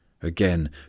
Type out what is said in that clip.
Again